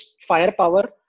firepower